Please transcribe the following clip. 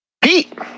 Pete